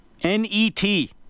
N-E-T